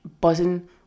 buzzing